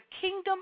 kingdom